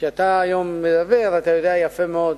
כשאתה מדבר היום, אתה יודע יפה מאוד